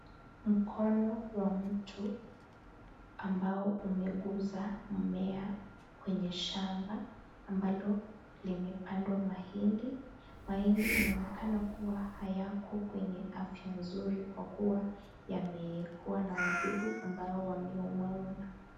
Mkono wa mtu ambao umeguza mmea kwenye shamba, ambalo limepandwa mahindi. Mahindi yanaonekana kuwa hayako kwenye afya nzuri kwa kuwa, yamekuwa na wadudu ambao wameumauma.